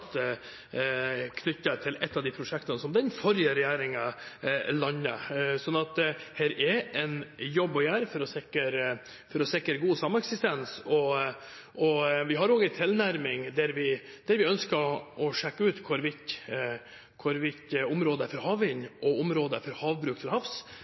til et av de prosjektene som den forrige regjeringen landet, så det er en jobb å gjøre for å sikre god sameksistens. Vi har også en tilnærming der vi ønsker å sjekke ut hvorvidt områder for havvind og områder for havbruk til havs